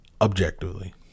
objectively